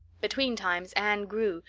between times anne grew,